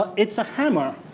but it's a hammer,